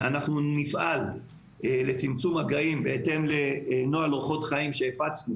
נפעל לצמצום מגעים בהתאם לנוהל אורחות חיים שהפצנו